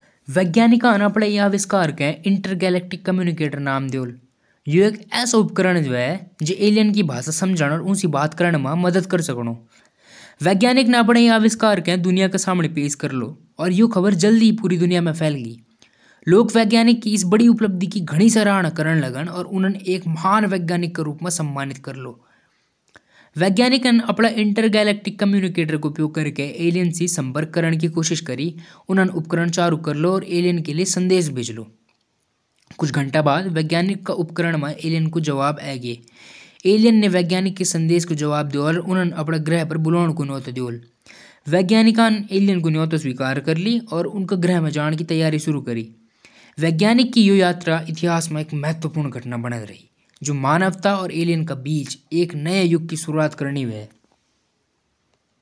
बच्चों क शारीरिक गतिविधि क लिए प्रेरित करन म उनका खेल म रुचि पैदा करदु। उनके साथ बाहर खेलण का समय तय करदु। खुले वातावरण म खेलण क लिए प्रोत्साहित करदु। घर म वीडियो गेम और फोन क समय कम करदु। शारीरिक गतिविधि क फायदे उन्हें सरल शब्दों म समझादु। परिवार म शारीरिक गतिविधि क हिस्सा बनो, जैसाकु सुबह की सैर।